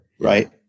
Right